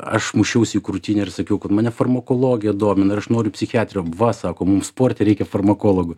aš mušiausi į krūtinę ir sakiau kad mane farmakologija domina ir aš noriu psichiatrija va sako mum sporte reikia farmakologų